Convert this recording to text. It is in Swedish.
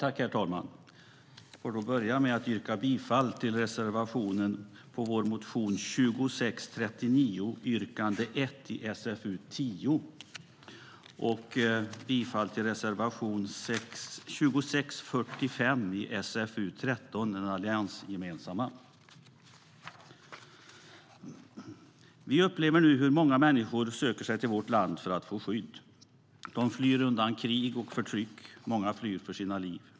Herr talman! Jag yrkar bifall till reservationen på vår motion 2639 yrkande 1 i SfU10 och till den alliansgemensamma reservationen på motion 2645 i SfU13.Vi upplever nu hur många människor söker sig till vårt land för att få skydd. De flyr undan krig och förtryck. Många flyr för sina liv.